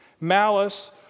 Malice